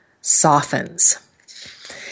softens